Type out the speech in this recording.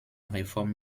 reform